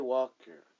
Walker